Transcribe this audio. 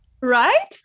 Right